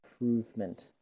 improvement